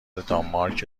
دانمارک